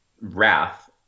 wrath